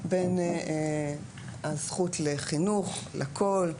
בין הזכות לחינוך לכול,